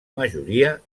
majoria